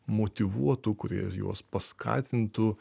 motyvuotų kurie juos paskatintų